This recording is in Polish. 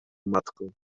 matką